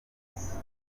yavutse